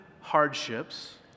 hardships